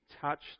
touched